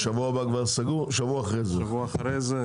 הדיונים לשבוע הבא כבר נקבעו ולכן נקיים ישיבה בנושא בשבוע שלאחר מכן.